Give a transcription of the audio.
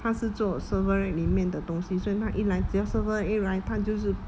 他是做 server line 里面的东西所以他一来只要 server line 一来他就是